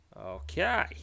...okay